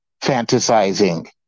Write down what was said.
fantasizing